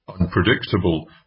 Unpredictable